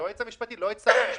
את היועץ המשפטי, לא את שר המשפטים?